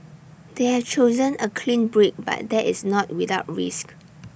they have chosen A clean break but that is not without risk